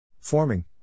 Forming